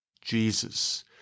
Jesus